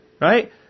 Right